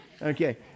Okay